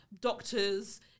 doctors